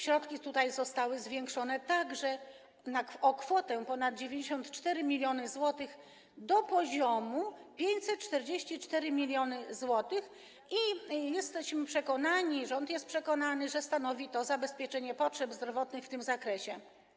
Środki tutaj zostały zwiększone o kwotę ponad 94 mln zł, do poziomu 544 mln zł, i jesteśmy przekonani, rząd jest przekonany, że stanowi to zabezpieczenie potrzeb zdrowotnych w tym zakresie.